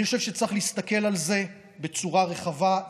אני חושב שצריך להסתכל על זה בצורה רחבה,